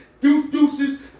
deuces